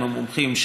עם המומחים,